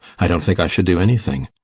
i don't think i should do anything.